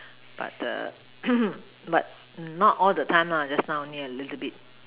but the but not all the time on this hmm on this a little bit